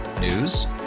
News